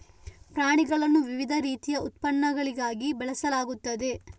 ಪ್ರಾಣಿಗಳನ್ನು ವಿವಿಧ ರೀತಿಯ ಉತ್ಪನ್ನಗಳಿಗಾಗಿ ಬೆಳೆಸಲಾಗುತ್ತದೆ